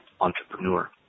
entrepreneur